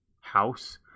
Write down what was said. house